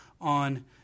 on